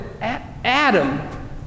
Adam